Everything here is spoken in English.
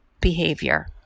behavior